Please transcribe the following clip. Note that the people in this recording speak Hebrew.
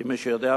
כי מי שיודע,